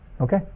Okay